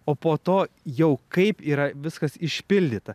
o po to jau kaip yra viskas išpildyta